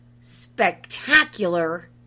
spectacular